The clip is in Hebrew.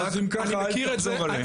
אז אם ככה אל תחזור עליהם.